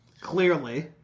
Clearly